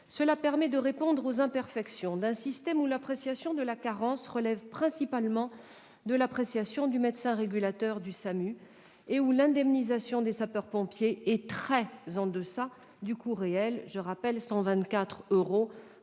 Cela permet de répondre aux imperfections d'un système où l'appréciation de la carence relève principalement du médecin régulateur du SAMU et où l'indemnisation des sapeurs-pompiers est très en deçà du coût réel- 124 euros,